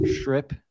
strip